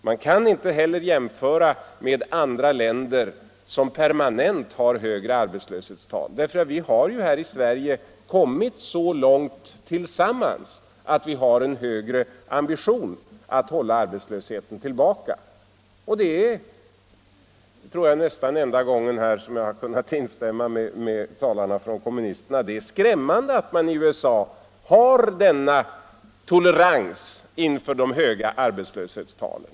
Man kan inte jämföra med andra länder som permanent har högre arbetslöshetstal. Vi har ju här i Sverige kommit så långt tillsammans att vi har en högre ambition att hålla arbetslösheten tillbaka. Jag tror att enda gången som jag har kunnat instämma med talarna från kommunisterna var när de sade att det är skrämmande att man i USA har denna tolerans mot höga arbetslöshetstal.